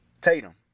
Tatum